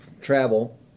travel